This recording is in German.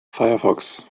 firefox